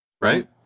Right